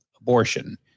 abortion